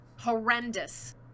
horrendous